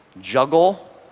juggle